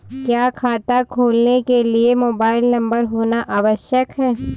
क्या खाता खोलने के लिए मोबाइल नंबर होना आवश्यक है?